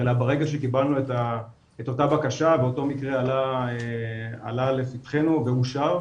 אלא ברגע שקיבלנו את אותה בקשה ואותו מקרה עלה לפתחנו ואושר,